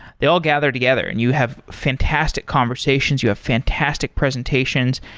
they all gather together, and you have fantastic conversations. you have fantastic presentations,